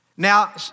Now